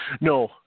no